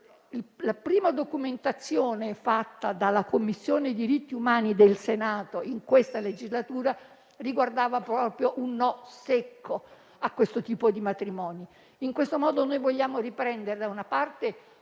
La prima documentazione uscita dalla Commissione diritti umani del Senato in questa legislatura ribadiva proprio un secco no a quel tipo di matrimoni. In questo modo vogliamo, una parte,